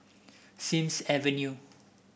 Sims Avenue